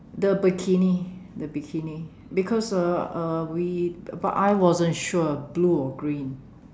the bikini the bikini because uh uh we but I wasn't sure blue or green